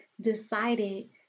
decided